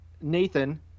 Nathan